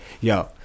yo